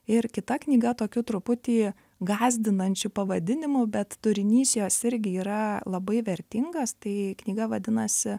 ir kita knyga tokiu truputį gąsdinančiu pavadinimu bet turinys jos irgi yra labai vertingas tai knyga vadinasi